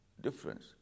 difference